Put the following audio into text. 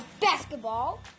basketball